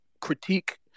critique